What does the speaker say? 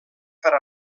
per